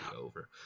over